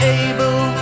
able